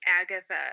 Agatha